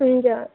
हुन्छ